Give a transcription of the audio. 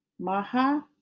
Maha